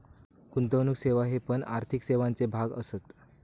गुंतवणुक सेवा हे पण आर्थिक सेवांचे भाग असत